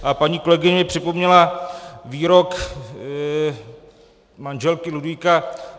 A paní kolegyně mi připomněla výrok manželky Ludvíka XVI.